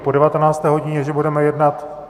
Po devatenácté hodině, že budeme jednat...